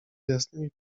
jasnymi